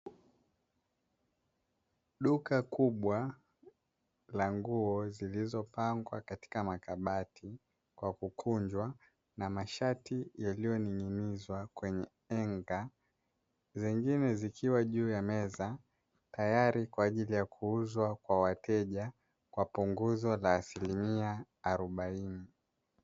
Duka kubwa la nguo zilizopangwa katika makabati kwa kukunjwa na mashati yaliyoning'inizwa kwenye henga, zingine zikiwa juu ya meza tayari kwa ajili ya kuuzwa kwa wateja kwa punguzo la asilimia arobaini.